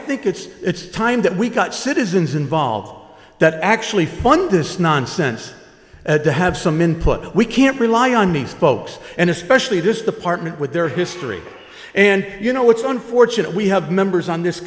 think it's it's time that we got citizens involved that actually fund this nonsense to have some input we can't rely on nice folks and especially this department with their history and you know what's going fortunate we have members on this